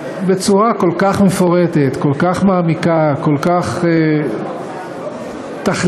בצורה כל כך מפורטת, כל כך מעמיקה, כל כך תכליתית,